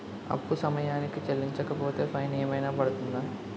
అప్పు సమయానికి చెల్లించకపోతే ఫైన్ ఏమైనా పడ్తుంద?